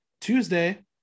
Tuesday